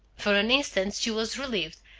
for an instant she was relieved,